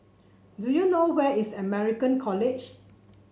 do you know where is American College